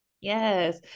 Yes